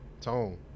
Tone